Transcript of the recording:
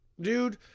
dude